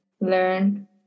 learn